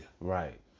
Right